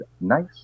nice